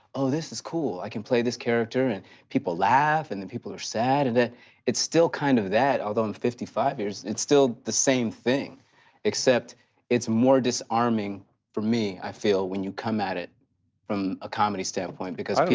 oh, this is cool. i can play this character and people laugh and then people are sad. and it's still kind of that, although in fifty five years it's still the same thing except it's more disarming for me, i feel, when you come at it from a comedy standpoint because people i don't